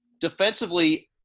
defensively